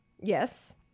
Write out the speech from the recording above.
Yes